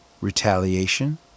retaliation